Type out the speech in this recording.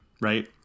right